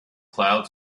clouds